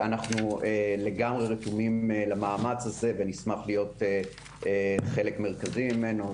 אנחנו לגמרי רתומים למאמץ הזה ונשמח להיות חלק מרכזי ממנו.